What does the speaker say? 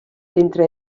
entre